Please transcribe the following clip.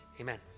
Amen